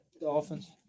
Dolphins